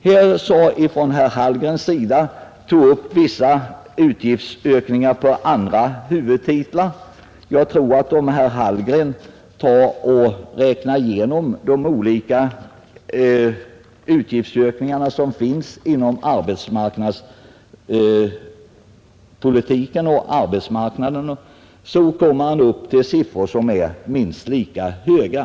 Herr Hallgren tog upp vissa utgiftsökningar på andra huvudtitlar. Jag tror att om herr Hallgren räknar igenom de olika utgiftsökningar som kan hänföras till arbetsmarknadens område så kommer han upp till siffror som är minst lika höga.